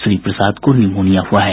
श्री प्रसाद को निमोनिया हुआ है